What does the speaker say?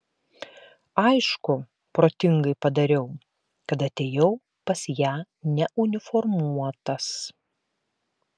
aišku protingai padariau kad atėjau pas ją neuniformuotas